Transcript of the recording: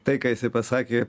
tai ką jisai pasakė